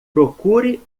procure